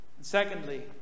Secondly